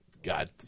God